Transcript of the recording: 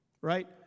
right